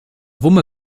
wumme